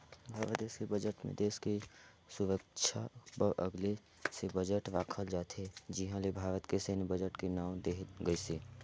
भारत देस के बजट मे देस के सुरक्छा बर अगले से बजट राखल जाथे जिहां ले भारत के सैन्य बजट के नांव देहल गइसे